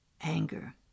anger